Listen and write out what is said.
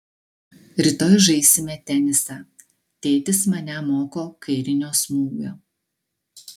rytoj žaisime tenisą tėtis mane moko kairinio smūgio